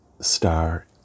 star